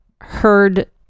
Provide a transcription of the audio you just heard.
heard